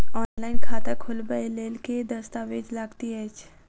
Online खाता खोलबय लेल केँ दस्तावेज लागति अछि?